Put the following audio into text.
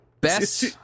Best